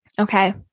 okay